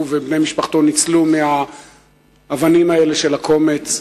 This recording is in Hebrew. הוא ובני משפחתו ניצלו מהאבנים האלה של הקומץ.